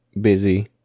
busy